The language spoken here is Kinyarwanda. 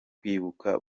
kwibuka